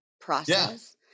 process